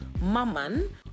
Maman